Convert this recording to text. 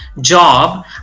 job